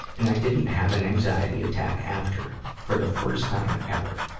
and i didn't have an anxiety attack after, for the first time ever.